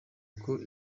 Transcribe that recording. uko